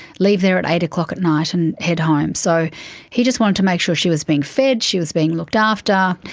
leave there at eight o'clock at night and head home. so he just wanted to make sure she was being fed, she was being looked after.